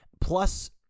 Plus